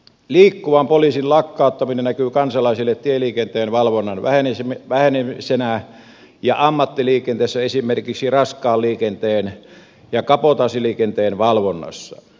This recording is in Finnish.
liikkuvan poliisin lakkauttaminen näkyy kansalaisille tieliikenteen valvonnan vähenemisenä ja ammattiliikenteessä esimerkiksi raskaan liikenteen ja kabotaasiliikenteen valvonnassa